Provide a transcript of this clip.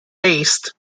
based